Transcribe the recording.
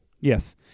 Yes